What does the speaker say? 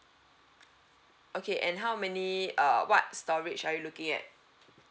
okay and how many uh what storage are you looking at